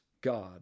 God